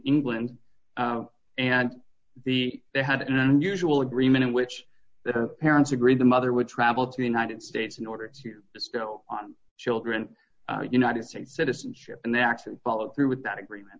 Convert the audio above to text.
england and the they had an unusual agreement in which the parents agreed the mother would travel to the united states in order to distil on children united states citizenship and they actually followed through with that agreement